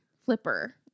Flipper